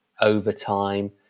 overtime